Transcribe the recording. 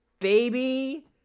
baby